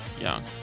Young